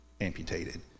amputated